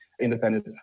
independent